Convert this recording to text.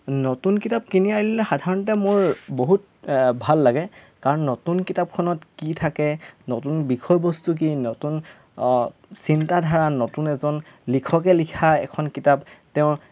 নতুন কিতাপ কিনি আনিলে সাধাৰণতে মোৰ বহুত ভাল লাগে কাৰণ নতুন কিতাপখনত কি থাকে নতুন বিষয়বস্তু কি নতুন চিন্তাধাৰা নতুন এজন লিখকে লিখা এখন কিতাপ তেওঁ